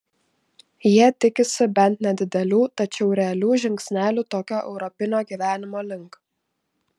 jie tikisi bent nedidelių tačiau realių žingsnelių tokio europinio gyvenimo link